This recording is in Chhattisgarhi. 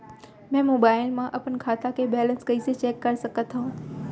मैं मोबाइल मा अपन खाता के बैलेन्स कइसे चेक कर सकत हव?